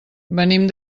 venim